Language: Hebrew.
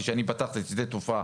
כשאני פתחתי את שדה התעופה,